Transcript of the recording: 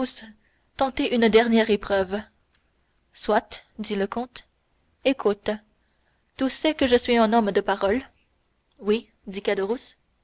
tentez une dernière épreuve soit dit le comte écoute tu sais que je suis un homme de parole oui